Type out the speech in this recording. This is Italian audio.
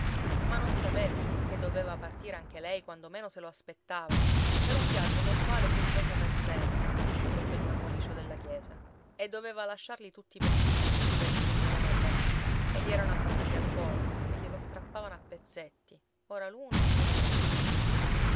ma non sapeva che doveva partire anche lei quando meno se lo aspettava per un viaggio nel quale si riposa per sempre sotto il marmo liscio della chiesa e doveva lasciarli tutti per via quelli cui voleva bene e gli erano attaccati al cuore che glielo strappavano a pezzetti ora l'uno e ora